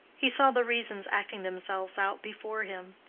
he saw the reasons acting themselves out before him.